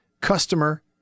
Customer